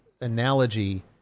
analogy